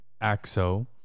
axo